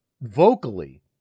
vocally